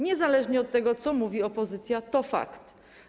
Niezależnie od tego, co mówi opozycja, to fakt.